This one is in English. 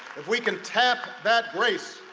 if we can tap that grace,